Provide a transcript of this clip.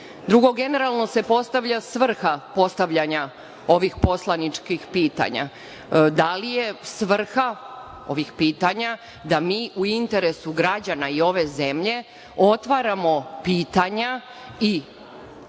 Drugo, generalno se postavlja svrha postavljanja ovih poslaničkih pitanja. Da li je svrha ovi pitanja da mi u interesu građana i ove zemlje otvaramo pitanja i